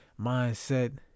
mindset